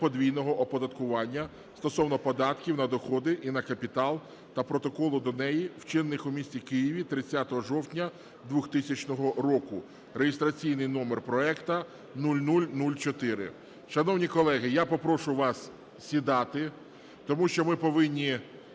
подвійного оподаткування стосовно податків на доходи і на капітал та Протоколу до неї, вчинених у місті Києві 30 жовтня 2000 року (реєстраційний номер проекту 0004). Шановні колеги, я попрошу вас сідати, тому що ми повинні